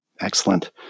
Excellent